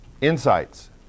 insights